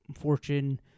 Fortune